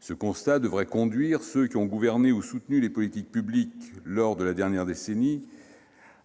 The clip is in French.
Ce constat devrait conduire ceux qui ont gouverné ou soutenu les politiques publiques lors de la dernière décennie